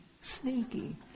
sneaky